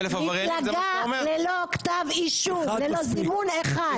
מפלגה מפוארת ותוססת.